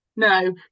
No